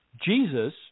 Jesus